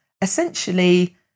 essentially